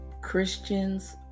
Christians